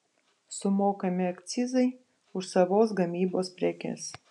sumokami akcizai už savos gamybos prekes